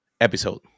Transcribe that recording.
episode